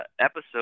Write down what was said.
episode